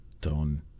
Don